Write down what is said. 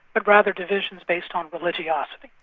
but rather divisions based on religiosity.